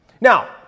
Now